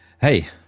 hey